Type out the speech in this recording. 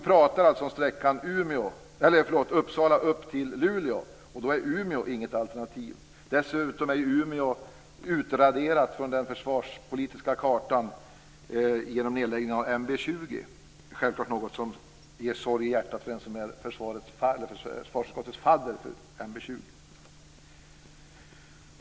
På sträckan Uppsala-Luleå är Umeå inget alternativ. Dessutom är ju Umeå utraderat från den försvarspolitiska kartan genom nedläggningen av NB 20. Denna nedläggning skapar självklart sorg i hjärtat hos den som är försvarsutskottets fadder för NB 20.